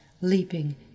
leaping